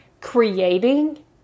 creating